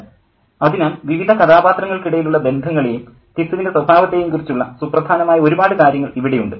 പ്രൊഫസ്സർഅതിനാൽ വിവിധ കഥാപാത്രങ്ങൾക്കിടയിലുള്ള ബന്ധങ്ങളേയും ഘിസുവിൻ്റെ സ്വഭാവത്തേയും കുറിച്ചുള്ള സുപ്രധാനമായ ഒരുപാട് കാര്യങ്ങൾ ഇവിടെയുണ്ട്